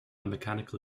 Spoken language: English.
mechanical